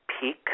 peak